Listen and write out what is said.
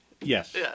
Yes